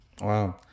Wow